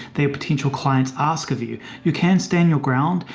they are potential clients. ask of you. you can't stand your ground.